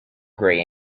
gray